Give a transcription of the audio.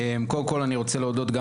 אני רוצה להודות גם